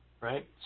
right